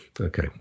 Okay